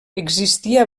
existia